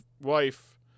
wife